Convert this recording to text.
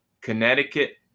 Connecticut